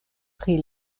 pri